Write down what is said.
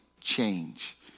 change